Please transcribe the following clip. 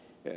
kun ed